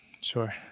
Sure